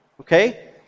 Okay